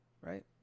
right